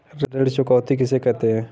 ऋण चुकौती किसे कहते हैं?